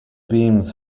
beams